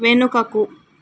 వెనుకకు